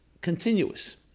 continuous